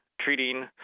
treating